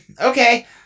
okay